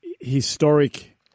historic